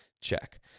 check